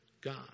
God